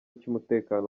cy’umutekano